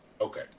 okay